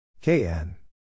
KN